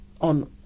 on